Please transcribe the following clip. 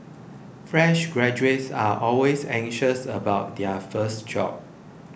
fresh graduates are always anxious about their first job